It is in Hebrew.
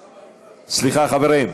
סליחה, חברים.